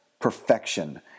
perfection